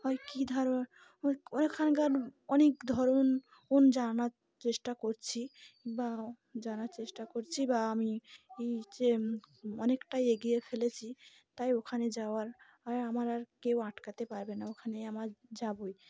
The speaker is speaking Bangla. হয় কী ধরণ ওখানকার অনেক ধরুনন জানার চেষ্টা করছি বা জানার চেষ্টা করছি বা আমি এই যে অনেকটাই এগিয়ে ফেলেছি তাই ওখানে যাওয়ার আর আমার আর কেউ আটকাতে পারবে না ওখানে আমার যাবই